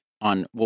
on